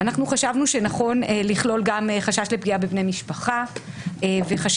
אנחנו חשבנו שנכון לכלול גם חשש לפגיעה בבני משפחה וחשבנו